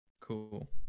cool